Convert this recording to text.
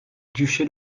duché